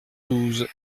douze